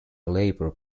labour